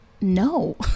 no